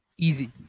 easy.